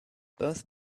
both